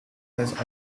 has